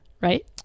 right